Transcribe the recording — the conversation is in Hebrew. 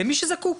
למי שזקוק,